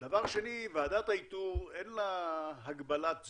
דבר שני, לוועדת האיתור אין הגבלת זמן.